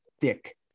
thick